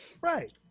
Right